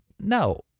No